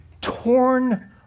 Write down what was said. torn